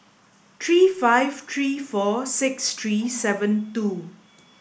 three five three four six three seven two